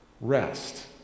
rest